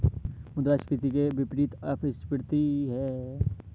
मुद्रास्फीति के विपरीत अपस्फीति है